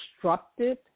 constructed